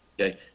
okay